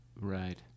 Right